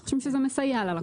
אנחנו חושבים שזה מסייע ללקוח.